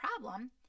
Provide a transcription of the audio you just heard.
problem